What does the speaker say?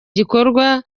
gikorwa